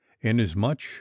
inasmuch